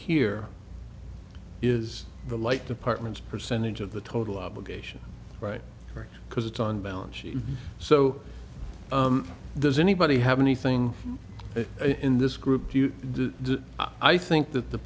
here is the light department's percentage of the total obligation right because it's on balance sheet so does anybody have anything in this group do you do i think that the